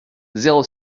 zéro